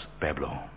Pablo